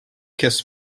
kiss